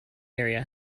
area